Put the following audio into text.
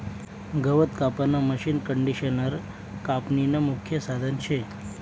गवत कापानं मशीनकंडिशनर कापनीनं मुख्य साधन शे